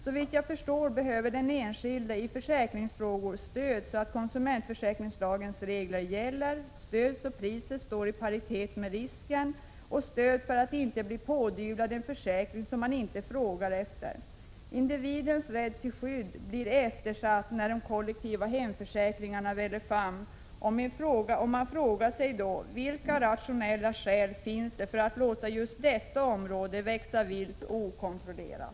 Såvitt jag förstår behöver den enskilde i försäkringsfrågor stöd för att kunna försäkra sig om att konsumentförsäkringslagens regler gäller, att priset står i paritet med risken och att man inte blir pådyvlad en försäkring som man inte efterfrågar. Individens rätt till skydd blir eftersatt när de kollektiva hemförsäkringarna väller fram. Man frågar sig: Vilka rationella skäl finns det för att låta just detta område växa vilt och okontrollerat?